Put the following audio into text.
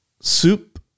Soup